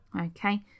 Okay